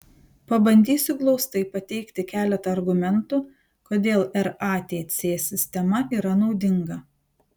pabandysiu glaustai pateikti keletą argumentų kodėl ratc sistema yra naudinga